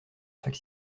fac